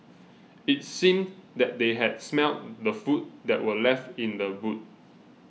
it seemed that they had smelt the food that were left in the boot